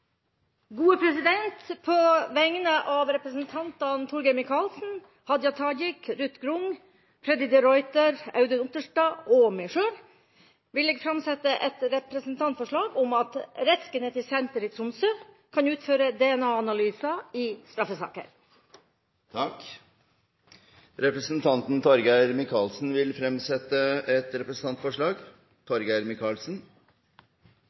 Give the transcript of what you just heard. På vegne av representantene Torgeir Micaelsen, Hadia Tajik, Ruth Mari Grung, Freddy de Ruiter, Audun Otterstad og meg selv vil jeg framsette et representantforslag om at Rettsgenetisk senter i Tromsø kan utføre DNA-analyser i straffesaker. Representanten Torgeir Micaelsen vil fremsette et representantforslag.